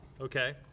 Okay